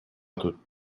тут